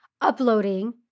uploading